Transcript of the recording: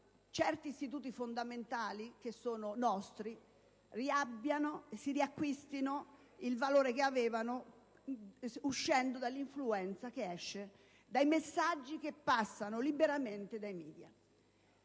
certi istituti fondamentali che sono nostri riacquistino il valore che avevano uscendo dall'influenza dei messaggi che passano liberamente dai *media*.